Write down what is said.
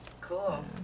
cool